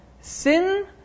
sin